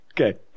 okay